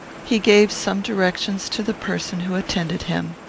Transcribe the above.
he gave some directions to the person who attended him.